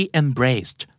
embraced